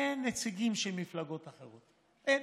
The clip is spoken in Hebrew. אין נציגים של מפלגות אחרות, אין,